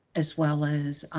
as well as